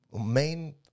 Main